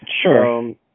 Sure